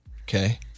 Okay